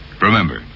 Remember